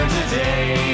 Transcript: today